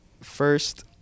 first